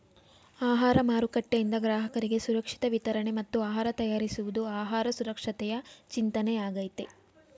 ಆಹಾರ ಮಾರುಕಟ್ಟೆಯಿಂದ ಗ್ರಾಹಕರಿಗೆ ಸುರಕ್ಷಿತ ವಿತರಣೆ ಮತ್ತು ಆಹಾರ ತಯಾರಿಸುವುದು ಆಹಾರ ಸುರಕ್ಷತೆಯ ಚಿಂತನೆಯಾಗಯ್ತೆ